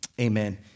amen